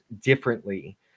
differently